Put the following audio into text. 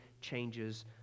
changes